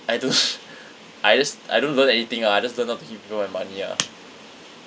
I don't I just I don't learn anything ah I just learn not to give people my money ah